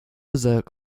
dessert